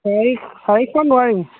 চাৰি চাৰিশত নোৱাৰিম